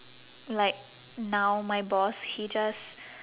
like now my boss he just